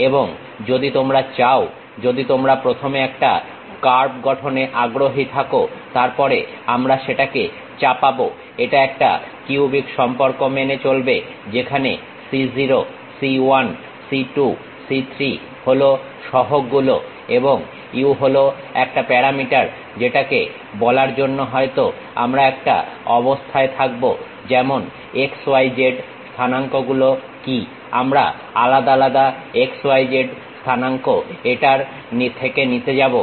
এবং যদি তোমরা চাও যদি তোমরা প্রথমে একটা কার্ভ গঠনে আগ্রহী থাকো তারপরে আমরা সেটাকে চাপাবো এটা একটা কিউবিক সম্পর্ক মেনে চলবে যেখানে c0 c 1 c 2 c 3 হলো সহগগুলো এবং u হলো একটা প্যারামিটার যেটাকে বলার জন্য হয়ত আমরা একটা অবস্থায় থাকবো যেমন x y z স্থানাঙ্ক গুলো কি আমরা আলাদা আলাদা x y z স্থানাঙ্ক এটার থেকে নিতে যাবো